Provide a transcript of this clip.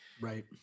Right